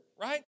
right